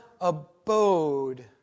abode